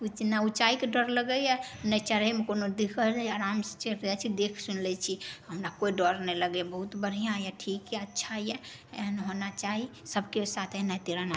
नहि उँचाइके डर लगैए नहि चढ़ैमे कोनो दिक्कत होइए आराम से चढ़ि जाइ छी देख सुनि लै छी हमरा कोइ डर नै लगैए बहुत बढ़ियाँ यऽ ठीक यऽ अच्छा यऽ एहन होना चाही सबके साथ एनाहिते रहना